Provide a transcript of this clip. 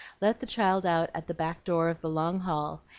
let the child out at the back door of the long hall,